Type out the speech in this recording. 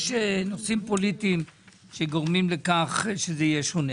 יש נושאים פוליטיים שגורמים לכך שזה יהיה שונה,